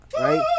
right